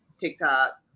TikTok